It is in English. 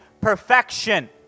perfection